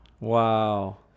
Wow